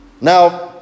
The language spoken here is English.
Now